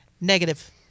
Negative